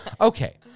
okay